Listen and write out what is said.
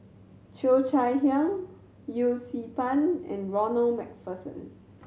Cheo Chai Hiang Yee Siew Pun and Ronald Macpherson